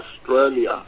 Australia